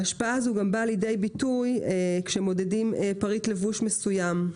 השפעה זו גם באה לידי ביטוי כשמודדים פריט לבוש מסוים.